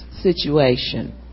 situation